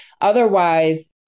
Otherwise